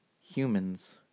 humans